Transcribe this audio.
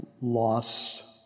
lost